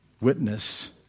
witness